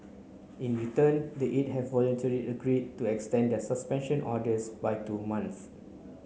in return the eight have voluntarily agreed to extend their suspension orders by two months